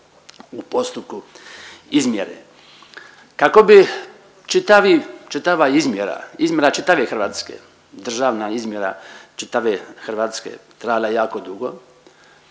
u postupku izmjere. Kako bi čitava izmjera, izmjera čitave Hrvatske, državna izmjera čitave Hrvatske trajala jako dugo.